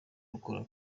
rukora